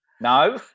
No